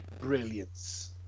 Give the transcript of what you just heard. brilliance